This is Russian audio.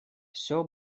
всё